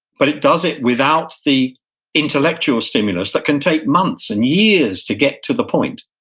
but it does it without the intellectual stimulus that can take months and years to get to the point.